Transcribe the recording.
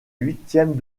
huitièmes